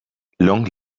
long